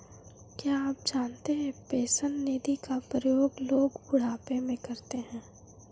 क्या आप जानते है पेंशन निधि का प्रयोग लोग बुढ़ापे में करते है?